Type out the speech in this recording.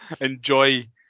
Enjoy